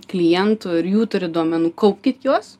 klientų ir jų turit duomenų kaupkit juos